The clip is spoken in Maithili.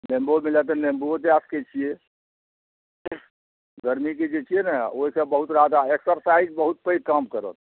नेबो मिलए तऽ नेबो दए सकै छियै गर्मीके जे छियै ने ओहिसे बहुत एक्सरसाइज बहुत पैघ काम करत